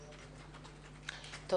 עדי,